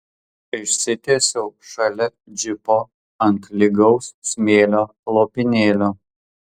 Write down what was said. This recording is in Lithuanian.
išsitiesiau šalia džipo ant lygaus smėlio lopinėlio